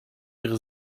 ihre